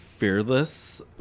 fearless